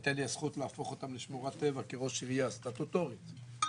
היתה לי הזכות להפוך אותם לשמורת טבע סטטוטורית כראש עירייה,